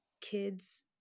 kids